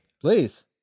please